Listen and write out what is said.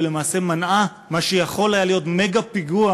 ולמעשה מנעה מה שיכול היה להיות מגה-פיגוע,